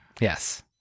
Yes